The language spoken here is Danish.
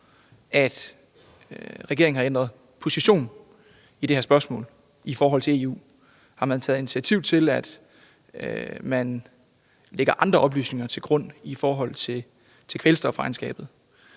at regeringen har ændret position i det her spørgsmål i forhold til EU? Har man taget initiativ til, at man lægger andre oplysninger til grund i forhold til kvælstofregnskabet?